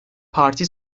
parti